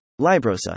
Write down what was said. Librosa